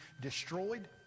destroyed